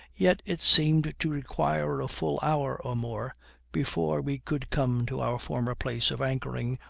yet it seemed to require a full hour or more before we could come to our former place of anchoring,